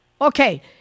okay